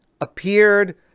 appeared